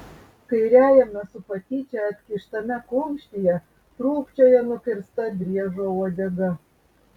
kairiajame su patyčia atkištame kumštyje trūkčioja nukirsta driežo uodega